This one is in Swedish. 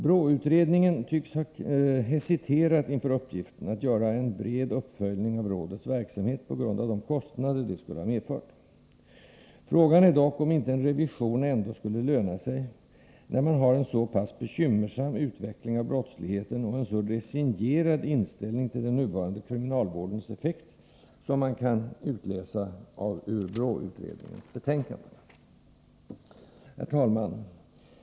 BRÅ-utredningen tycks ha hesiterat inför uppgiften att göra en bred uppföljning av rådets verksamhet på grund av de kostnader detta skulle ha medfört. Frågan är dock om inte en revision ändå skulle löna sig, när man har en så pass bekymmersam utveckling av brottsligheten och en så resignerad inställning till den nuvarande kriminalvårdens effekt som kan utläsas ur BRÅ-utredningens betänkande. Herr talman!